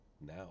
Now